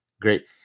Great